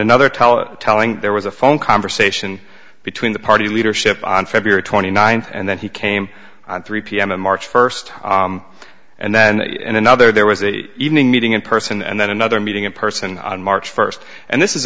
another tell telling there was a phone conversation between the party leadership on february twenty ninth and then he came on three pm on march first and then in another there was a evening meeting in person and then another meeting in person on march first and this is